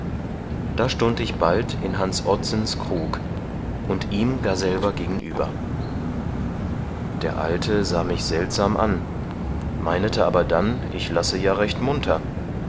da stund ich bald in hans ottsens krug und ihm gar selber gegenüber der alte sah mich seltsam an meinete aber dann ich lasse ja recht munter